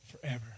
forever